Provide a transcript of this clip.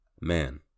man